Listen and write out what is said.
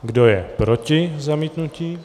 Kdo je proti zamítnutí?